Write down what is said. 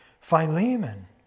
Philemon